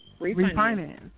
refinance